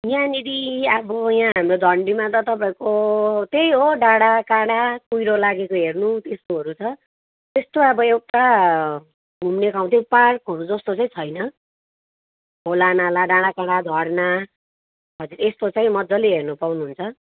यहाँनिर अब यहाँ हाम्रो झन्डीमा त तपाईँहरूको त्यही हो डाँडाकाँडा कुहिरो लागेको हेर्नु त्यस्तोहरू छ त्यस्तो अब एउटा घुम्ने ठाउँ चाहिँ पार्कहरू जस्तो चाहिँ छैन खोलानाला डाँडाकाँडा झर्ना हजुर यस्तो चाहिँ मजाले हेर्न पाउनुहुन्छ